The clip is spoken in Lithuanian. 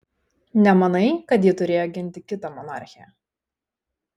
nemanai kad ji turėjo ginti kitą monarchę